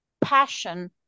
passion